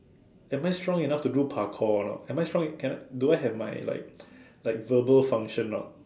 am I strong enough to do parkour lor am I strong eh can I do I have my like my verbal function not